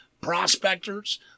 prospectors